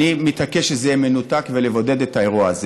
אני מתעקש שזה יהיה מנותק ולבודד את האירוע הזה.